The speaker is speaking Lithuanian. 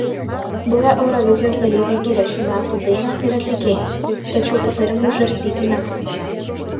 buvę eurovizijos dalyviai giria šių metų dainą ir atlikėjus tačiau patarimų žarstyti neskuba